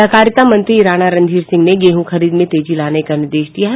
सहकारिता मंत्री राणा रणधीर सिंह ने गेहूं खरीद में तेजी लाने का निर्देश दिया है